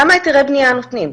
כמה היתרי בנייה נותנים?